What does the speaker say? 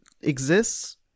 exists